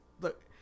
Look